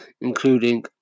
including